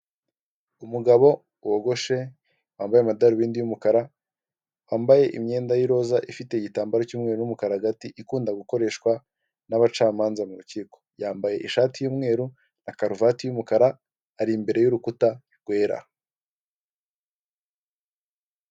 Umugabo wogoshe wambaye amadarubindi y'umukara, wambaye imyenda y'iroza ifite igitambaro cy'umweru n'umukara hagati ikunda gukoreshwa n'abacamanza mu rukiko yambaye ishati y'umweru na karuvati y'umukara ari imbere y'urukuta rwera.